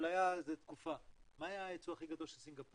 מה היה היצוא הכי גדול של סינגפור?